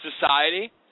society